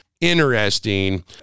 Interesting